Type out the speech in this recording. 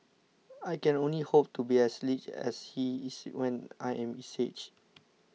I can only hope to be as lithe as he is when I am his age